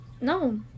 No